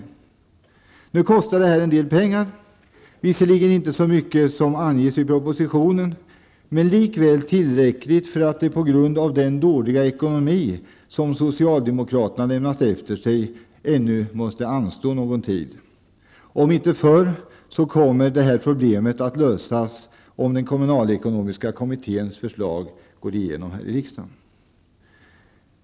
Detta kostar nu en del pengar -- visserligen inte så mycket som anges i propositionen, men likväl tillräckligt för att det på grund av den dåliga ekonomi som socialdemokraterna lämnat efter sig ännu måste anstå någon tid. Om inte förr, kommer detta problem att lösas om den kommunalekonomiska kommitténs förslag går igenom här i riksdagen.